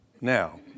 Now